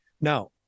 Now